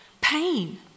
pain